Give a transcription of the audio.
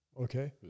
okay